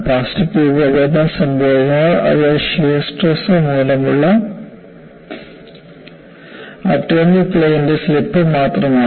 plastic രൂപഭേദം സംഭവിക്കുമ്പോൾ അത് ഷിയർ സ്ട്രെസ് മൂലമുള്ള ആറ്റോമിക് പ്ലെയിനിൻറെ സ്ലിപ്പ് മാത്രമാണ്